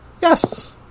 yes